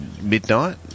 Midnight